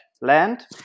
land